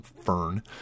Fern